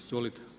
Izvolite.